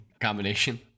combination